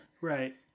Right